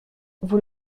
vous